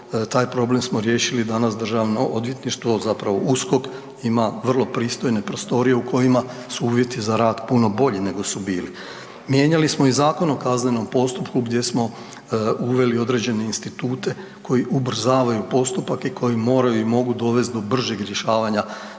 taj problem smo riješili. Danas Državno odvjetništvo zapravo USKOK ima vrlo pristojne prostorije u kojima su uvjeti za rad puno bolji nego su bili. Mijenjali smo i Zakon o kaznenom postupku gdje smo uveli određene institute koji ubrzavaju postupak i koji moraju i mogu dovesti do bržeg rješavanja